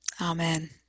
amen